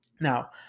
Now